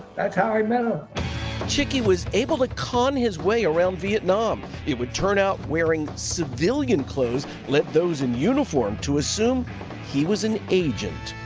that's how i mean um chickie was able to con his way around vietnam. it would turn out wearing civilian clothes let those in uniform to assume he was an agent.